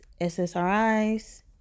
SSRIs